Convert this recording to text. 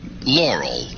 Laurel